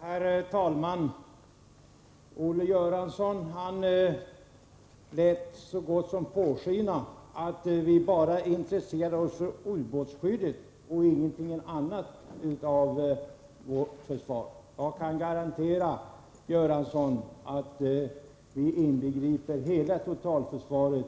Herr talman! Olle Göransson lät påskina att vi bara intresserar oss för ubåtsskyddet och ingenting annat i vårt försvar. Jag kan garantera, Olle Göransson, att vi i folkpartiet inbegriper hela totalförsvaret